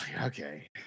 okay